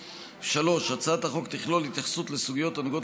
3. הצעת החוק תכלול התייחסות לסוגיות הנוגעות